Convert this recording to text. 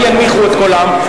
הם ינמיכו את קולם,